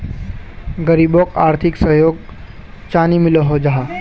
गरीबोक आर्थिक सहयोग चानी मिलोहो जाहा?